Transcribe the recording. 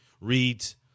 reads